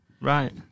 Right